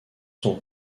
sont